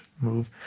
move